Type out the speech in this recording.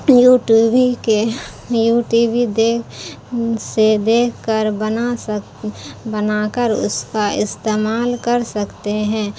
YouTube کے یو ٹیوی دیکھ سے دیکھ کر بنا بنا کر اس کا استعمال کر سکتے ہیں